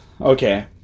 okay